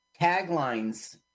Taglines